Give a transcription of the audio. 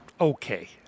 okay